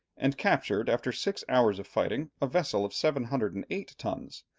and captured, after six hours of fighting, a vessel of seven hundred and eight tons,